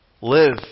live